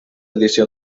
edició